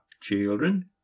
children